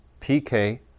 PK